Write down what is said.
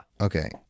Okay